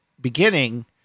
beginning